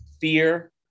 fear